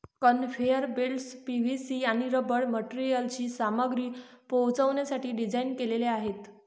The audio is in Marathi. कन्व्हेयर बेल्ट्स पी.व्ही.सी आणि रबर मटेरियलची सामग्री पोहोचवण्यासाठी डिझाइन केलेले आहेत